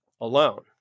Alone